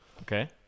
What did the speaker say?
Okay